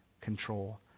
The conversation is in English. control